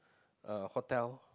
hotel